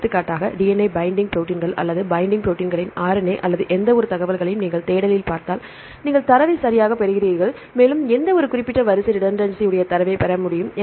எடுத்துக்காட்டாக DNA binding ப்ரோடீன்கள் அல்லது பைண்டிங் ப்ரோடீன்களின் RNA அல்லது எந்தவொரு தகவலையும் நீங்கள் தேடலில் பார்த்தால் நீங்கள் தரவை சரியாகப் பெறுகிறீர்கள் மேலும் எந்தவொரு குறிப்பிட்ட வரிசை ரிடென்சி உடைய தரவைப் பெற முடியும்